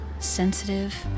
sensitive